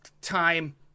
time